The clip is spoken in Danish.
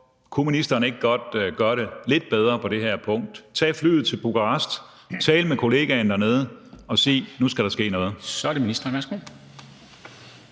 Kunne ministeren derfor ikke godt gøre det lidt bedre på det her punkt, tage flyet til Bukarest og tale med kollegaen dernede og sige: Nu skal der ske noget? Kl. 13:44 Formanden (Henrik